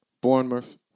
Bournemouth